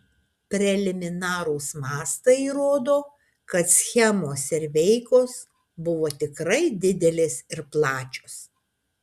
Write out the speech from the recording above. preliminarūs mastai rodo kad schemos ir veikos buvo tikrai didelės ir plačios